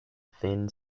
thin